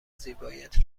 زیبایت